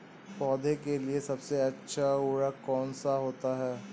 पौधे के लिए सबसे अच्छा उर्वरक कौन सा होता है?